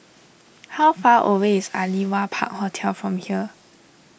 how far away is Aliwal Park Hotel from here